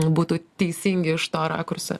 būtų teisingi iš to rakurso